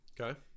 Okay